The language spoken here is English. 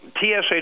TSA